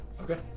Okay